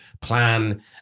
plan